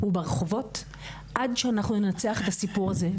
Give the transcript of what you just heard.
הוא ברחובות עד שאנחנו ננצח את הסיפור הזה,